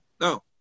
No